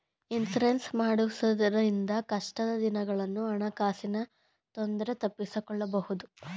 insurance ಮಾಡಿಸುವುದರಿಂದ ಕಷ್ಟದ ದಿನಗಳನ್ನು ಹಣಕಾಸಿನ ತೊಂದರೆ ತಪ್ಪಿಸಿಕೊಳ್ಳಬಹುದು